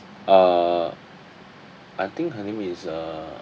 uh I think her name is uh